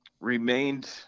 remained